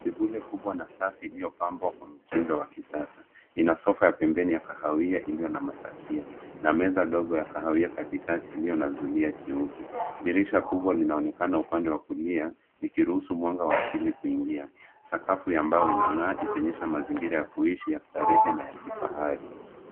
Tebule kubwa na safi iliyopambwa kwa mtindo wa kisasa. Ina sofa ya pembeni ya kahawia iliyo na matakia na meza ndogo ya kahawia katikati iliyo na zulia jeupe. Dirisha kubwa linaonekana upande wa kulia, likiruhusu mwanga wa asili kuingia. Sakafu ya mbao inang'aa, ikionyesha mazingira ya kuishi ya starehe na ya kifahari.